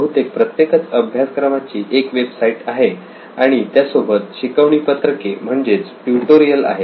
बहुतेक प्रत्येकच अभ्यासक्रमाची एक वेबसाईट आहे आणि त्यासोबतच शिकवणी पत्रके म्हणजेच ट्यूटोरियल आहेत